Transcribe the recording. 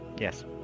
Yes